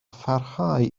pharhau